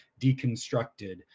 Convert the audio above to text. deconstructed